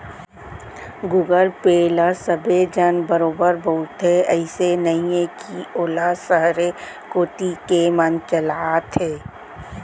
Google Pay ल सबे झन बरोबर बउरथे, अइसे नइये कि वोला सहरे कोती के मन चलाथें